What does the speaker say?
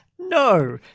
No